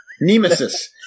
Nemesis